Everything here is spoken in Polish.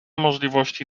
możliwości